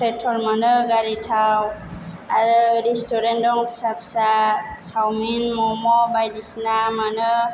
petrol मोनो गारि थाव आरो रेसथुरेन्ट दं फिसा फिसा सावमिन मम' बाइदिसिना मोनो